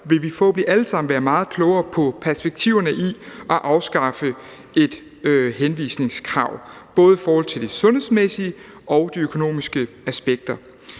alle sammen være meget klogere på perspektiverne i at afskaffe et henvisningskrav, både i forhold til de sundhedsmæssige og de økonomiske aspekter.